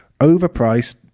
overpriced